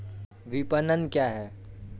विपणन क्या है?